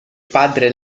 padre